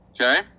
Okay